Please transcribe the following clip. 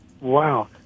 Wow